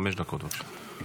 חמש דקות, בבקשה.